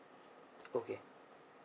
okay